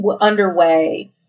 underway